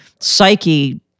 psyche